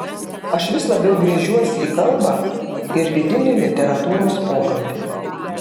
aš vis labiau gręžiuosi į kalbą ir vidinį literatūros pokalbį